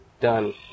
done